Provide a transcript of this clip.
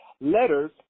letters